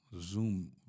Zoom